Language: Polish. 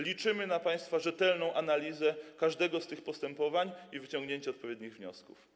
Liczymy na państwa rzetelną analizę każdego z tych postępowań i wyciągnięcie odpowiednich wniosków.